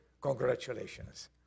congratulations